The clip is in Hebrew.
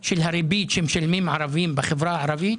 שמשלמים ערבים בחברה הערבית,